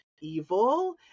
evil